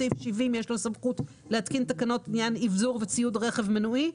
בסעיף 70 יש לו סמכות להתקין תקנות לעניין אבזור וציוד רכב מנועי.